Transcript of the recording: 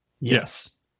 Yes